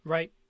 Right